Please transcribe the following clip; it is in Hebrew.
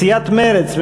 סיעת מרצ,